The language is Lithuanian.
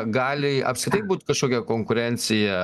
gali apskritai būt kažkokia konkurencija